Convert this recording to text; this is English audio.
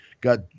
got